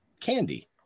Candy